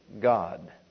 God